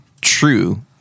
true